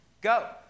go